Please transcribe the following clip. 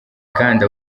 kandi